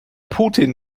putin